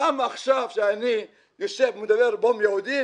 למה עכשיו, כשאני יושב ומדבר פה עם יהודים